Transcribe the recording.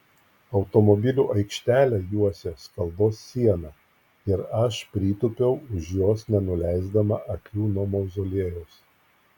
automobilių aikštelę juosė skaldos siena ir aš pritūpiau už jos nenuleisdama akių nuo mauzoliejaus